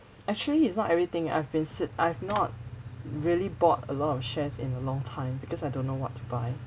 actually it's not everything I've been sit~ I've not really bought a lot of shares in a long time because I don't know what to buy